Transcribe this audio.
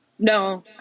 no